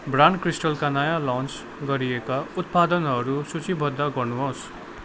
brand क्रिस्टलका नयाँ launch गरिएका उत्पादनहरू सूचीबद्ध गर्नुहोस्